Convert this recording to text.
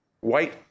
White